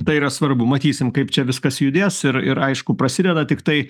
tai yra svarbu matysim kaip čia viskas judės ir ir aišku prasideda tiktai